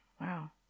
Wow